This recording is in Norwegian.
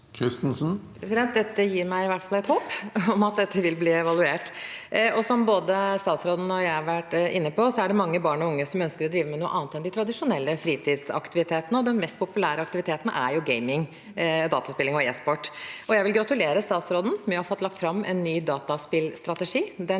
hvert fall et håp om at dette vil bli evaluert. Som både statsråden og jeg har vært inne på, er det mange barn og unge som ønsker å drive med noe annet enn de tradisjonelle fritidsaktivitetene, og den mest populære aktiviteten er jo gaming, dataspilling og e-sport. Jeg vil gratulere statsråden med å ha fått lagt fram en ny dataspillstrategi.